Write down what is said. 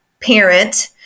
parent